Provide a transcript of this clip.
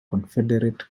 confederate